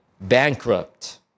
bankrupt